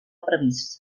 previst